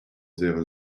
zéro